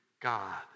God